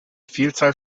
vielzahl